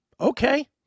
okay